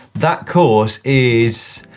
that course is.